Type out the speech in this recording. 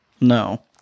no